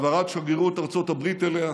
העברת שגרירות ארצות הברית אליה,